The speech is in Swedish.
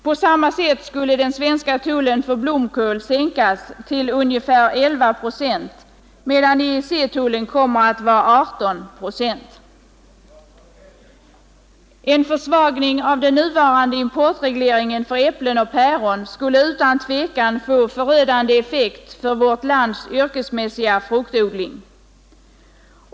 På samma sätt skulle den svenska tullen för blomkål sänkas till ungefär 11 procent, medan EEC-tullen kommer att vara 18 procent. En försvagning av den nuvarande importregleringen för äpplen och päron skulle utan tvivel få förödande effekt för vårt lands yrkesmässiga fruktodling.